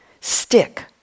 stick